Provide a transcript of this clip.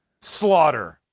Slaughter